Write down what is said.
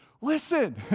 listen